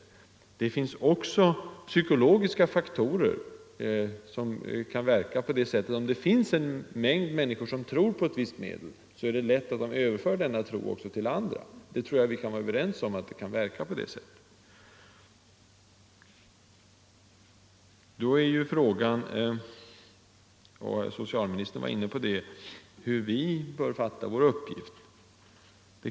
Vidare finns det psykologiska faktorer som kan verka i samma riktning. Om en stor mängd människor tror på ett visst medel, så är det lätt att överföra den tron till andra. Och då är frågan, som också socialministern var inne på, hur vi bör fatta vår uppgift.